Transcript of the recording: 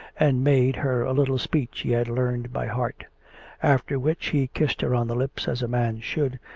and made her a little speech he had learned by heart after which he kissed her on the lips as a man should,